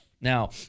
Now